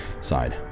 side